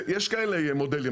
יש כאלה מודלים,